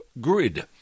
Grid